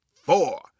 four